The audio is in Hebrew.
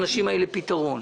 שנשרפו בחלקם.